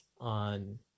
on